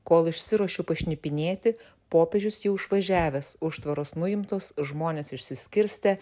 kol išsiruošiu pašnipinėti popiežius jau išvažiavęs užtvaros nuimtos žmonės išsiskirstę